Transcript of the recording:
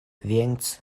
więc